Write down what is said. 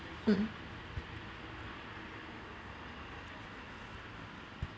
mmhmm